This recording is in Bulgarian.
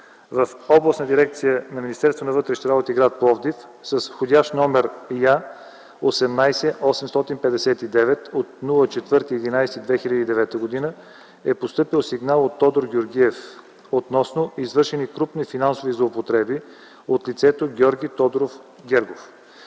В Областна дирекция на Министерството на вътрешните работи – гр. Пловдив, с вх. № Я-18-859 от 4 ноември 2009 г. е постъпил сигнал от Тодор Георгиев относно извършени крупни финансови злоупотреби от лицето Георги Тодоров Гергов.